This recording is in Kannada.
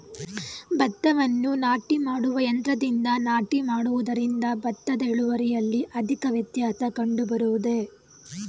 ಭತ್ತವನ್ನು ನಾಟಿ ಮಾಡುವ ಯಂತ್ರದಿಂದ ನಾಟಿ ಮಾಡುವುದರಿಂದ ಭತ್ತದ ಇಳುವರಿಯಲ್ಲಿ ಅಧಿಕ ವ್ಯತ್ಯಾಸ ಕಂಡುಬರುವುದೇ?